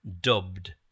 dubbed